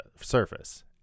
surface